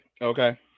Okay